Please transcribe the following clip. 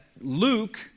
Luke